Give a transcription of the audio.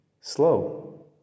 Slow